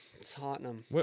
Tottenham